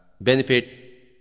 benefit